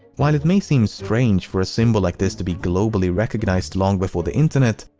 while it may seem strange for a symbol like this to be globally recognized long before the internet,